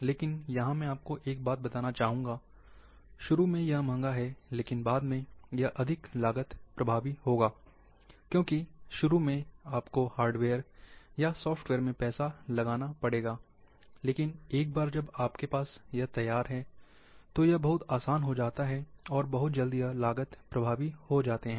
लेकिन यहाँ मैं आपको एक बात बताना चाहुगा शुरू में यह महंगा है लेकिन बाद में यह अधिक लागत प्रभावी होगा क्योंकि शुरू में आपको हार्डवेयर या सॉफ्टवेयर में पैसा लगाना पड़ेगा लेकिन एक बार जब आपके पास यह तैयार है तो यह बहुत आसान हो जाता है और बहुत जल्द यह लागत प्रभावी हो जाते हैं